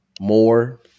More